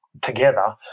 together